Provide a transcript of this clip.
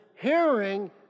hearing